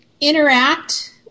interact